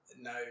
No